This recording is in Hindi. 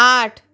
आठ